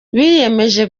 biyemeje